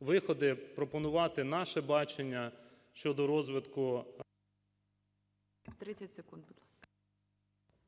виходи, пропонувати наше бачення щодо розвитку…